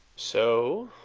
so.